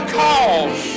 calls